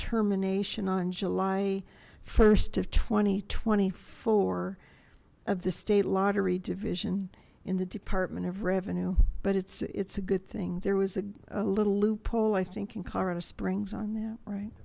termination on july st of two thousand and twenty four of the state lottery division in the department of revenue but it's it's a good thing there was a little loophole i think in colorado springs on that right